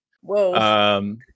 Whoa